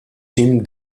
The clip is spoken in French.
jim